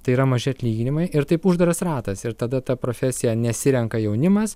tai yra maži atlyginimai ir taip uždaras ratas ir tada tą profesiją nesirenka jaunimas